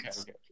okay